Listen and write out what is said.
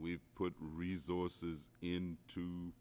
we've put resorts in